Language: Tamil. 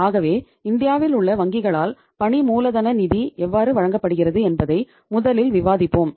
ஆகவே இந்தியாவில் உள்ள வங்கிகளால் பணி மூலதன நிதி எவ்வாறு வழங்கப்படுகிறது என்பதை முதலில் விவாதிப்போம்